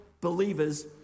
believers